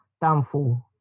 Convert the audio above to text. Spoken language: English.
downfall